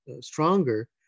stronger